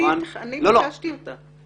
אני ביקשתי אותה.